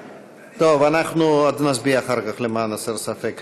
טוב, אנחנו נצביע אחר כך, למען הסר ספק.